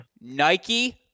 Nike